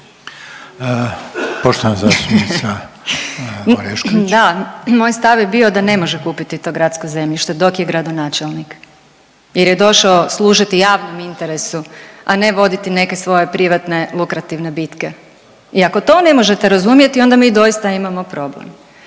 imenom i prezimenom)** Da, moj stav je bio da ne može kupiti to gradsko zemljište dok je gradonačelnik jer je došao služiti javnom interesu a ne voditi neke svoje privatne lukrativne bitke. I ako to ne možete razumjeti onda mi doista imamo problem.